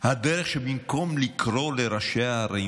הדרך שבמקום לקרוא לראשי הערים,